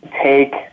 take